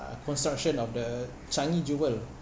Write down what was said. construction of the changi jewel